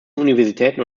universitäten